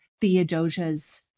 Theodosia's